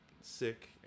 sick